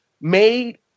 made